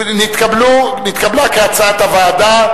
נתקבלו, כהצעת הוועדה.